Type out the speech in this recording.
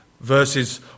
verses